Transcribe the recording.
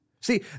See